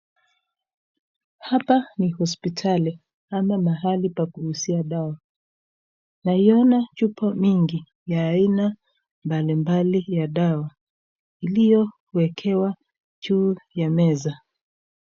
Hapa ni hospitali ama mahali kuuzia dawa, naona chupa ya aina mbalimbali ya dawa iliyowekewa juu ya meza.